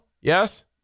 Yes